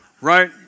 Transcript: Right